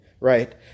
right